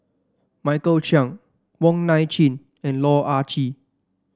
Michael Chiang Wong Nai Chin and Loh Ah Chee